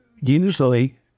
usually